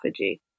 autophagy